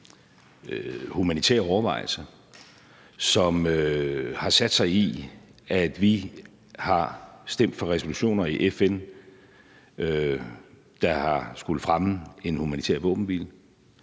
politik og humanitære overvejelser, som har sat sig i, at vi har stemt for resolutioner i FN, der har skullet fremme en humanitær våbenhvile,